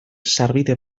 sarbide